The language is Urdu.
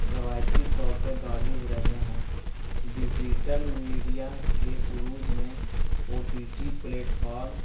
روایتی طور پر غالب رہے ہیں ڈیزیٹل میڈیا کے عروج نے او ٹی ٹی پلیٹفارم